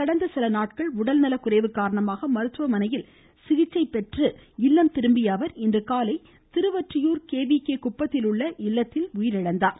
கடந்த சில நாட்கள் உடல்நலக்குறைவு காரணமாக மருத்துவமனையில் சிகிச்சை பெற்று இல்லம் திரும்பிய அவர் இன்றுகாலை திருவொற்றியூர் கேவிகே குப்பத்தில் உள்ள அவரது இல்லத்தில் உயிரிழந்தார்